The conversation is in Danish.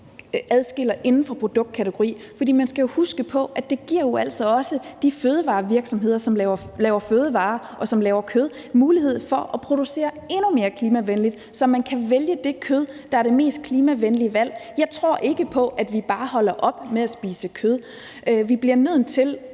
adskiller varerne inden for produktkategori, for man skal jo huske på, at det altså også giver de virksomheder, der laver fødevarer, og som laver kød, mulighed for at producere endnu mere klimavenligt, så man kan vælge det kød, der er det mest klimavenlige valg. Jeg tror ikke på, at vi bare holder op med at spise kød. Vi bliver nødt til